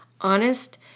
honest